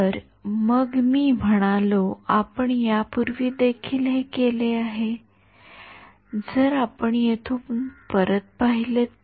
तर मी म्हणालो आपण यापूर्वी देखील हे केले होते जर आपण येथून परत पाहिले तर